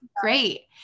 great